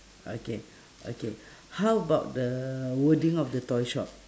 okay okay how about the wording of the toy shop